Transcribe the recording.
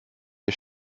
wir